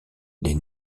les